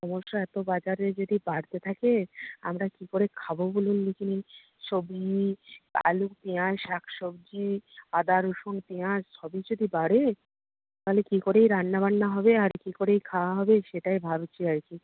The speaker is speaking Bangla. ক্রমশ এত বাজারে যদি বাড়তে থাকে আমরা কী করে খাব বলুন দেখিনি সবজি আলু পেঁয়াজ শাক সবজি আদা রসুন পেঁয়াজ সবই যদি বাড়ে তাহলে কী করেই রান্নাবান্না হবে আর কী করেই খাওয়া হবে সেটাই ভাবছি আর কি